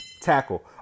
tackle